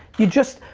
you just,